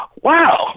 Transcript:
wow